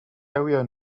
area